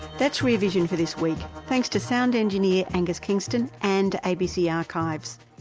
that's rear vision for this week. thanks to sound engineer angus kingston, and abc archives.